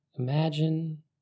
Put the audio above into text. Imagine